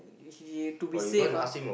uh to be safe ah